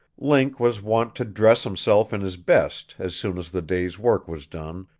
link was wont to dress himself in his best as soon as the day's work was done,